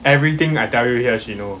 everything I tell you here she know